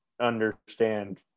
understand